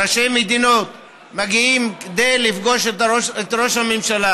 ראשי מדינות מגיעים כדי לפגוש את ראש הממשלה.